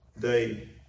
day